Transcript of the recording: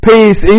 Peace